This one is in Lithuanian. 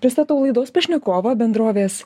pristatau laidos pašnekovą bendrovės